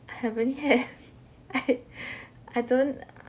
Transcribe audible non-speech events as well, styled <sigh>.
I haven't had <laughs> I I don't